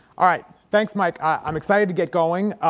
all right, thanks mike. i'm excited to get going,